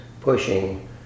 pushing